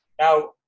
Now